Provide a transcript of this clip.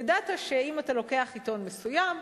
ידעת שאם אתה לוקח עיתון מסוים,